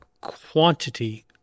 quantity